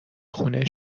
خونه